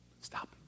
stop